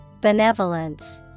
Benevolence